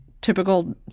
Typical